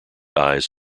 eyes